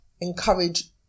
encourage